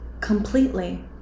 completely